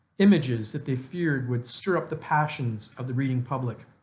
images that they feared would stir up the passions of the reading public.